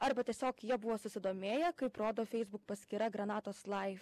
arba tiesiog jie buvo susidomėję kaip rodo facebook paskyra granatos laif